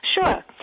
Sure